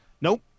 Nope